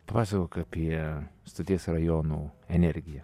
papasakok apie stoties rajonų energiją